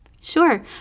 Sure